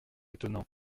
étonnants